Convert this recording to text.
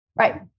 right